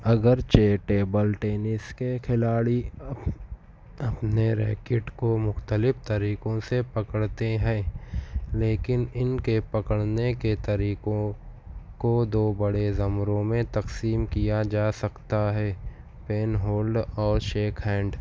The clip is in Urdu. اگرچہ ٹیبل ٹینس کے کھلاڑی اپنے ریکیٹ کو مختلف طریقوں سے پکڑتے ہیں لیکن ان کے پکڑنے کے طریقوں کو دو بڑے زمروں میں تقسیم کیا جا سکتا ہے پین ہولڈ اور شیک ہینڈ